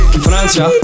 Francia